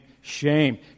Shame